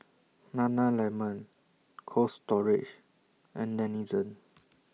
Nana Lemon Cold Storage and Denizen